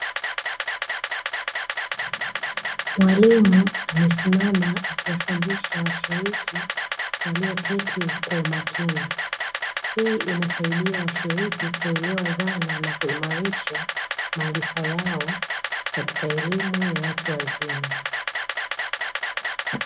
Mwalimu amesimama akiwafundisha washiriki walioketi kwa umakini. Hii inasaidia washiriki kuelewa dhana na kuimarisha maarifa yao katika elimu ya watu wazima.